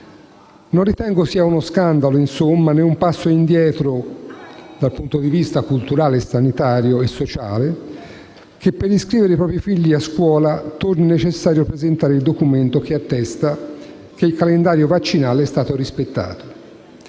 Non ritengo uno scandalo, insomma, né un passo indietro dal punto di vista culturale, sanitario e sociale, che per iscrivere i propri figli a scuola torni ad essere necessario presentare il documento che attesta che il calendario vaccinale è stato rispettato.